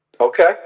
Okay